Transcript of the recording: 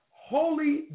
Holy